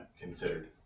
considered